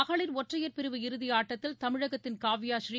மகளிர் ஒற்றையர் பிரிவு இறுதியாட்டத்தில் தமிழகத்தின் காவ்யாஸ்ரீ